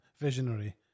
visionary